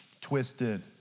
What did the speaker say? twisted